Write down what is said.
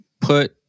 put